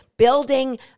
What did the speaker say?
building